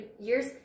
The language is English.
years